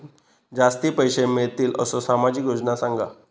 जास्ती पैशे मिळतील असो सामाजिक योजना सांगा?